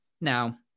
Now